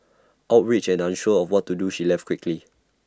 outraged and unsure of what to do she left quickly